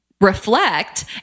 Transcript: reflect